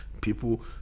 people